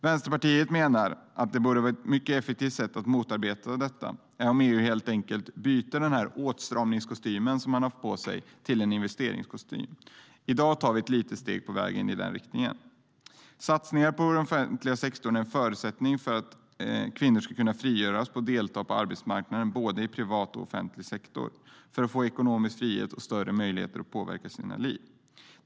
Vänsterpartiet menar att ett mycket effektivt sätt att motarbeta detta är att EU helt enkelt byter åtstramningskostymen som man har haft på sig till en investeringskostym. I dag tar vi ett litet steg i den riktningen. Satsningar på den offentliga sektorn är en förutsättning för att kvinnor ska kunna frigöras och delta på arbetsmarknaden, både i privat och offentlig sektor, för att få ekonomisk frihet och större möjligheter att påverka sina liv.